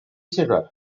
cerrar